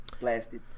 Blasted